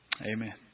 amen